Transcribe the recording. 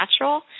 natural